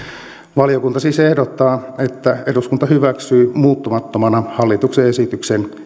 valiokunta siis ehdottaa että eduskunta hyväksyy muuttamattomana hallituksen esityksen